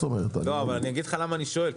אני אגיד לך למה אני שואל,